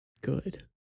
Good